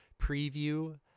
preview